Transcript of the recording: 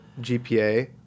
gpa